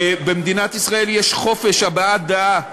במדינת ישראל יש חופש הבעת דעה רחב,